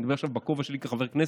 אני מדבר עכשיו בכובע שלי כחבר כנסת,